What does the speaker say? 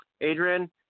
Adrian